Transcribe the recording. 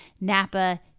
Napa